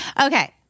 Okay